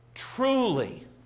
truly